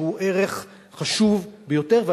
שהוא ערך חשוב ביותר,